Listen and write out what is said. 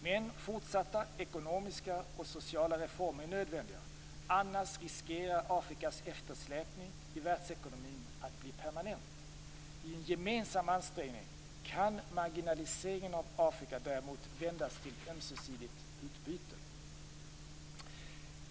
Men fortsatta ekonomiska och sociala reformer är nödvändiga, annars riskerar Afrikas eftersläpning i världsekonomin att bli permanent. I en gemensam ansträngning kan marginaliseringen av Afrika däremot vändas till ömsesidigt utbyte.